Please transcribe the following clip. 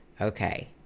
okay